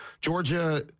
Georgia